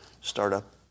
startup